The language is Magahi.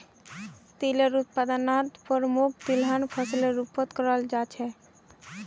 तिलेर उत्पादन प्रमुख तिलहन फसलेर रूपोत कराल जाहा